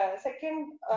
second